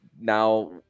now